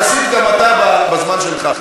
אז תסית גם אתה בזמן שלך.